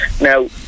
Now